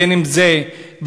בין אם זה בפריפריה,